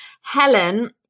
Helen